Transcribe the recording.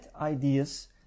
ideas